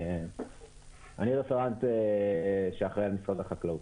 אני רפרנט שאחראי על משרד החקלאות.